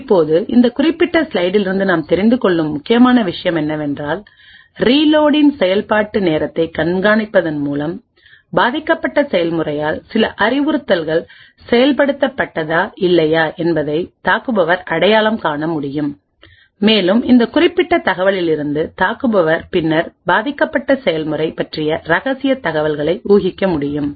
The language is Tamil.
இப்போது இந்த குறிப்பிட்ட ஸ்லைடில் இருந்து நாம் தெரிந்து கொள்ளும்முக்கியமான விஷயம் என்னவென்றால் ரீலோட்டின்செயல்பாட்டு நேரத்தை கண்காணிப்பதன் மூலம் பாதிக்கப்பட்ட செயல்முறையால் சில அறிவுறுத்தல்கள் செயல்படுத்தப்பட்டதா இல்லையா என்பதை தாக்குபவர் அடையாளம் காண முடியும் மேலும் இந்த குறிப்பிட்ட தகவலிலிருந்து தாக்குபவர் பின்னர் பாதிக்கப்பட்ட செயல்முறை பற்றிய இரகசிய தகவல்களை ஊகிக்க முடியும்